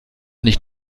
nicht